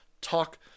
Talk